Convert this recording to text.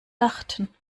dachten